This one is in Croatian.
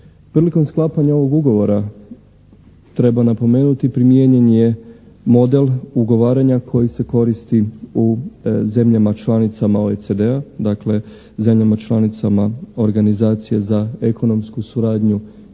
Prilikom sklapanja ovog ugovora treba napomenuti primijenjen je model ugovaranja koji se koristi u zemljama članicama OECD-a, dakle zemljama članicama Organizacije za ekonomsku suradnju